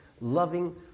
loving